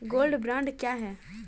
Gold bond क्या है?